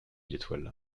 l’étoile